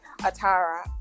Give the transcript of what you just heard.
Atara